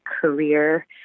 career